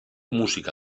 música